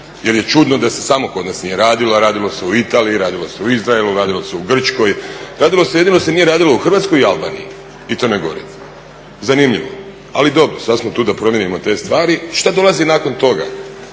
jer je čudno da se samo kod nas nije radilo a radilo se u Italiji, radilo se u Izraelu, radilo se u Grčkoj, jedino se nije radilo u Hrvatskoj i Albaniji i Crnoj Gori. Zanimljivo, ali dobro, sada smo tu da promijenimo te stvari. Što dolazi nakon toga?